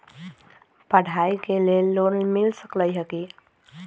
पढाई के लेल लोन मिल सकलई ह की?